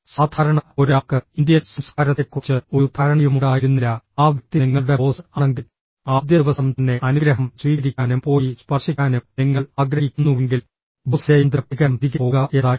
സാധാരണ ഒരാൾക്ക് ഇന്ത്യൻ സംസ്കാരത്തെക്കുറിച്ച് ഒരു ധാരണയുമുണ്ടായിരുന്നില്ല ആ വ്യക്തി നിങ്ങളുടെ ബോസ് ആണെങ്കിൽ ആദ്യ ദിവസം തന്നെ അനുഗ്രഹം സ്വീകരിക്കാനും പോയി സ്പർശിക്കാനും നിങ്ങൾ ആഗ്രഹിക്കുന്നുവെങ്കിൽ ബോസിന്റെ യാന്ത്രിക പ്രതികരണം തിരികെ പോകുക എന്നതായിരിക്കും